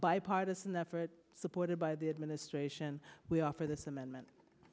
bipartisan effort supported by the administration we offer this amendment